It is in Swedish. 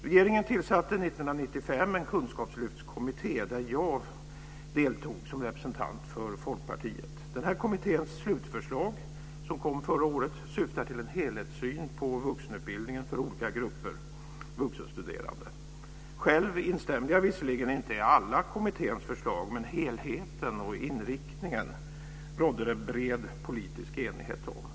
Regeringen tillsatte 1995 en kunskapslyftskommitté, där jag deltog som representant för Folkpartiet. Kommitténs slutförslag som kom förra året syftar till en helhetssyn på vuxenutbildningen för olika grupper vuxenstuderande. Själv instämde jag visserligen inte i alla kommitténs förslag, men helheten och inriktningen rådde det bred politisk enighet om.